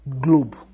globe